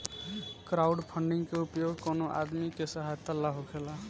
crowdfunding के उपयोग कवनो आदमी के सहायता ला होखेला